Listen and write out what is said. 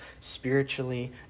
spiritually